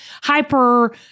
hyper